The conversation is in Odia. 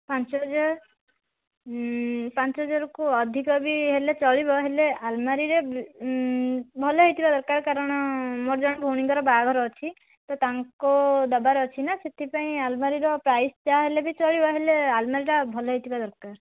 ପାଞ୍ଚ ହଜାର ପାଞ୍ଚ ହଜାରକୁ ଅଧିକ ବି ହେଲେ ଚଳିବ ହେଲେ ଆଲମାରିରେ ଭଲ ହେଇଥିବା ଦରକାର କାରଣ ମୋ'ର ଜଣେ ଭଉଣୀଙ୍କର ବାହାଘର ଅଛି ତ ତାଙ୍କୁ ଦେବାର ଅଛି ନା ସେଥିପାଇଁ ଆଲମାରିର ପ୍ରାଇସ ଯାହେଲେ ବି ଚାଲିବ ଆଲମାରିଟା ଭଲ ହୋଇଥିବା ଦରକାର